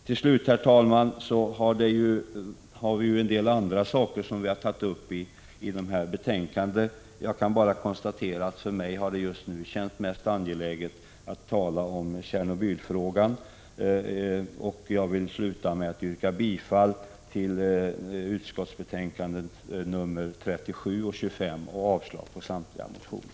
Vi har, herr talman, i betänkandena behandlat även en del andra frågor, men jag kan bara konstatera att det för mig just nu har känts mest angeläget att tala om Tjernobyl frågan. Jag vill avsluta med att yrka bifall till utskottets hemställan i betänkandena nr 37 och 25 och avslag på samtliga reservationer.